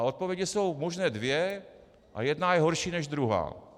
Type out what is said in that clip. Odpovědi jsou možné dvě a jedna je horší než druhá.